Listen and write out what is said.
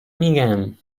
میگم